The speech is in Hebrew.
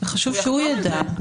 חשוב שיידע.